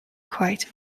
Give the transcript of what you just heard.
quite